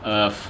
err